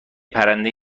پرنده